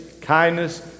kindness